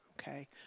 Okay